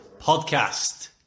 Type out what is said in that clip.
podcast